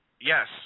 Yes